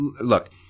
Look